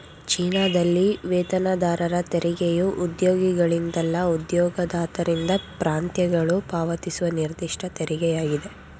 ಚೀನಾದಲ್ಲಿ ವೇತನದಾರರ ತೆರಿಗೆಯು ಉದ್ಯೋಗಿಗಳಿಂದಲ್ಲ ಉದ್ಯೋಗದಾತರಿಂದ ಪ್ರಾಂತ್ಯಗಳು ಪಾವತಿಸುವ ನಿರ್ದಿಷ್ಟ ತೆರಿಗೆಯಾಗಿದೆ